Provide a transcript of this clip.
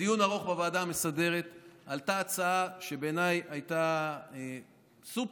בדיון ארוך בוועדה המסדרת עלתה הצעה שבעיניי הייתה סופר-הוגנת: